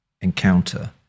encounter